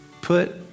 put